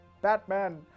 Batman